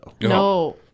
No